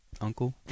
uncle